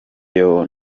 iyo